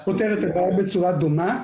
זה פותר את הבעיה בצורה דומה.